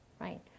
right